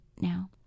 now